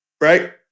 Right